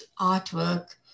artwork